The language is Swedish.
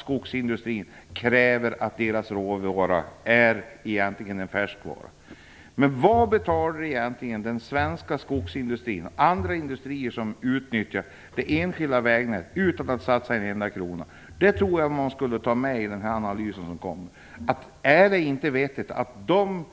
Skogsindustrin kräver i dag att deras råvara är en färskvara. Vad betalar egentligen den svenska skogsindustrin och andra industrier som utnyttjar det enskilda vägnätet utan att satsa en enda krona? Det tycker jag att man skulle ta med i den analys som skall göras. Är det inte vettigt att de